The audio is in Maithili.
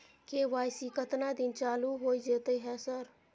के.वाई.सी केतना दिन चालू होय जेतै है सर?